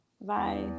Bye